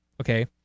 Okay